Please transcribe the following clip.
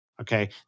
okay